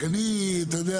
כאן בסעיף קטן